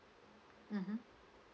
mmhmm